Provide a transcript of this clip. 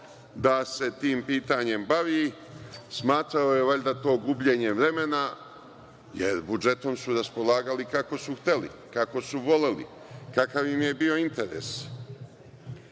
da se tim pitanjem bavi. Smatrao je to valjda gubljenjem vremena, jer budžetom su raspolagali kako su hteli, kako su voleli, kakav im je bio interes. Istina,